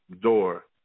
door